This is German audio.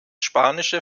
spanische